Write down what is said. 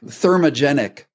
thermogenic